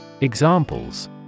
Examples